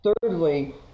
thirdly